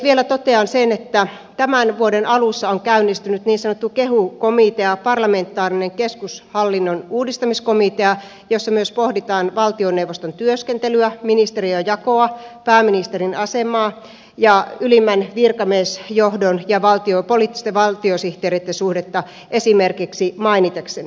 vielä totean sen että tämän vuoden alussa on käynnistynyt niin sanottu kehu komitea parlamentaarinen keskushallinnon uudistamiskomitea jossa myös pohditaan valtioneuvoston työskentelyä ministeriöjakoa pääministerin asemaa ja ylimmän virkamiesjohdon ja poliittisten valtiosihteereitten suhdetta esimerkkejä mainitakseni